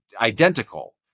identical